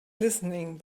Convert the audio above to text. listening